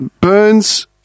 Burns